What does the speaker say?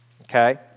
okay